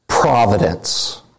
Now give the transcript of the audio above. Providence